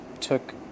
took